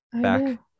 back